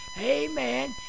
Amen